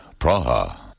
Praha